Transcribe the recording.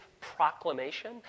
proclamation